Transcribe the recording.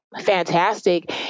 fantastic